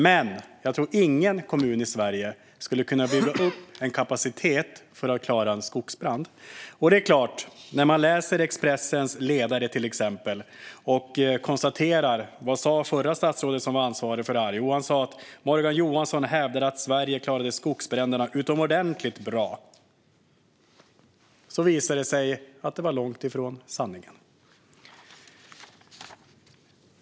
Men jag tror inte att någon kommun i Sverige skulle kunna bygga upp kapacitet för att klara en skogsbrand. Expressens ledare citerade vad det förra statsrådet som var ansvarig för detta sa. Morgan Johansson hävdade att Sverige klarade skogsbränderna "utomordentligt bra". Det visade sig vara långt från sanningen.